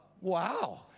Wow